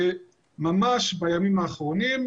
וממש בימים האחרונים,